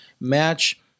match